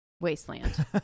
wasteland